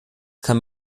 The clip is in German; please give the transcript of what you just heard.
kann